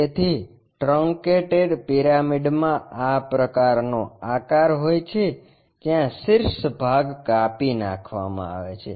તેથી ટ્રંકેટેડ પિરામિડમાં આ પ્રકારનો આકાર હોય છે જ્યાં શીર્ષ ભાગ કાપી નાખવામાં આવે છે